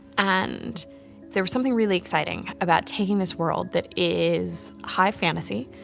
and there was something really exciting about taking this world that is high fantasy,